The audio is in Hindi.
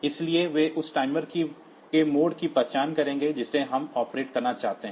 इसलिए वे उस टाइमर के मोड की पहचान करेंगे जिसे हम ऑपरेट करना चाहते हैं